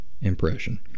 impression